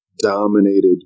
dominated